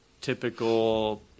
typical